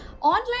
Online